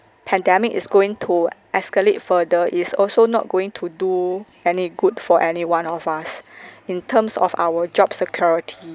pandemic is going to escalate further is also not going to do any good for any one of us in terms of our job security